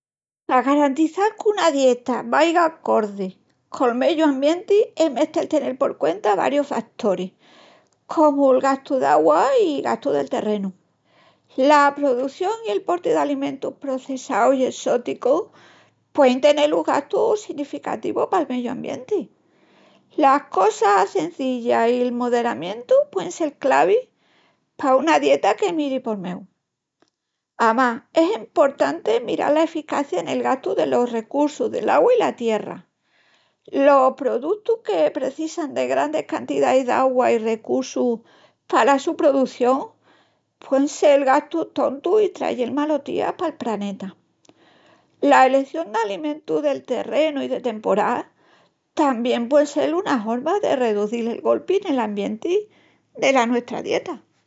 Pa garantizal qu'una dieta vaiga acordi col meyu ambienti es mestel tenel por cuenta varius fatoris, comu'l gastu d'augua i'l gastu del terrenu. La produción i el porti d'alimentus processaus i essóticus puein tenel un gastu senificativu pal meyu ambienti. Las cosas cenzillas i el moderamientu puen sel clavi pa una dieta que miri pol meu. Amás, es emportanti miral la eficencia nel gastu delos recussus del augua i la tierra. Los produtus que precisan de grandis cantidais d'augua i recussus pala su produción puen sel gastus tontus i trayel malotías pal praneta. La eleción d'alimentus del terrenu i de temporá tamién puen sel una horma de reduzil el golpi nel ambienti dela nuestra dieta.